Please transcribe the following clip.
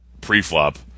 pre-flop